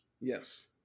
Yes